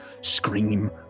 scream